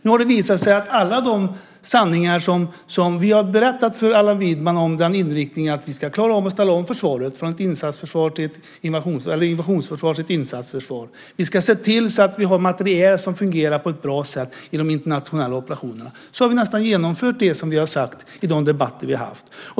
Nu har det visat sig att av alla de sanningar som vi har berättat för Allan Widman om - exempel är inriktningen att vi ska klara av att ställa om försvaret från ett invasionsförsvar till ett insatsförsvar och att vi ska se till att ha materiel som fungerar på ett bra sätt i de internationella operationerna - har vi genomfört nästan allt vi har talat om i de debatter vi har haft.